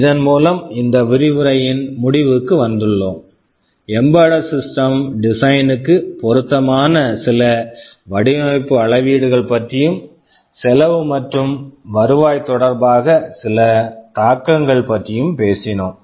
இதன் மூலம் இந்த விரிவுரையின் முடிவுக்கு வந்துள்ளோம் embedded system embedded system design design க்கு பொருத்தமான சில வடிவமைப்பு அளவீடுகள் பற்றியும் செலவு மற்றும் வருவாய் தொடர்பாக சில தாக்கங்கள் பற்றியும் பேசினோம்